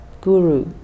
Guru